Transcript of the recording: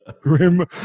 grim